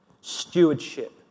Stewardship